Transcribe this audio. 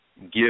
give